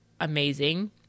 amazing